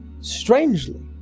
strangely